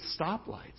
stoplights